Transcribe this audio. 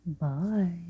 Bye